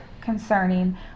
concerning